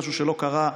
שזה משהו שלא קרה,